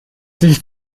sich